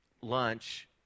lunch